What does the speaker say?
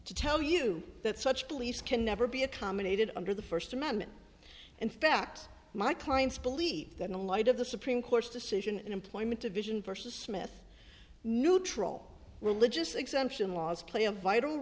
to tell you that such beliefs can never be accommodated under the first amendment in fact my clients believe that in light of the supreme court's decision in employment division versus smith neutral religious exemption laws play a vital